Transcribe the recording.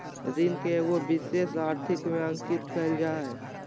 ऋण के एगो विशेष आर्थिक में अंकित कइल जा हइ